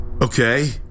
Okay